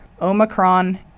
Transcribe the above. Omicron